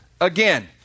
again